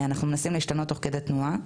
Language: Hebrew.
מנסים להשתנות תוך כדי תנועה